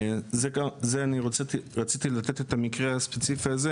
זה אני רציתי לתת את המקרה הספציפי הזה